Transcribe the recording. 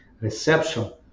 reception